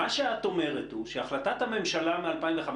מה שאת אומרת הוא שהחלטת הממשלה מ-2005